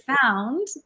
found